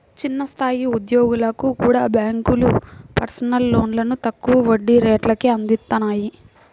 చిన్న స్థాయి ఉద్యోగులకు కూడా బ్యేంకులు పర్సనల్ లోన్లను తక్కువ వడ్డీ రేట్లకే అందిత్తన్నాయి